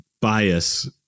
bias